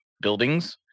buildings